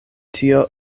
tio